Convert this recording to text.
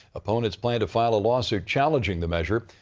opponents plan to file a lawsuit challenging the measure.